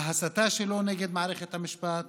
בהסתה שלו נגד מערכת המשפט